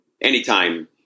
anytime